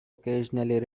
occasionally